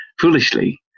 foolishly